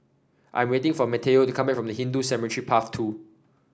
I'm waiting for Matteo to come back from Hindu Cemetery Path Two